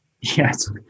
Yes